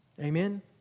Amen